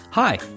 Hi